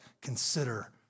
Consider